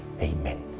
amen